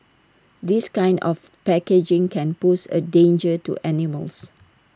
this kind of packaging can pose A danger to animals